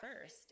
first